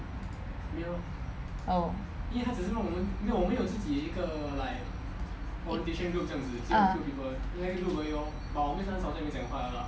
oh ah